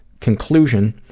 conclusion